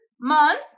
month